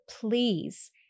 please